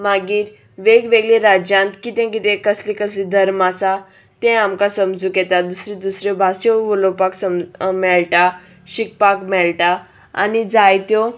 मागीर वेगवेगळे राज्यांत कितें कितें कसले कसले धर्म आसा तें आमकां समजूंक येता दुसऱ्यो दुसऱ्यो भासो उलोवपाक समजुपाक मेळटा शिकपाक मेळटा आनी जायत्यो